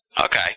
Okay